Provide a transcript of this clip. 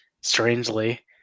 strangely